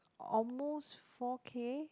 almost four K